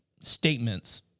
statements